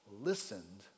listened